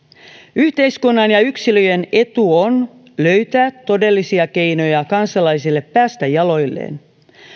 yhteiskunnan ja yksilöjen etu on löytää todellisia keinoja kansalaisille päästä jaloilleen